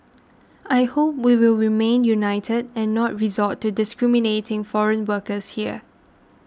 I hope we will remain united and not resort to discriminating foreign workers here